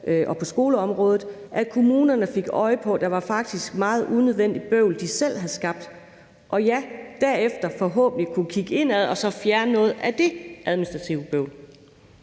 og på skoleområdet, altså at kommunerne fik øje på, at der faktisk var meget unødvendigt bøvl, de selv havde skabt, og ja, derefter forhåbentlig kunne kigge indad og så fjerne noget af det administrative bøvl.